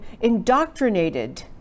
indoctrinated